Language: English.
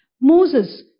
Moses